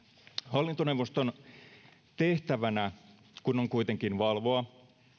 hallintoneuvoston tehtävänä kun on kuitenkin valvoa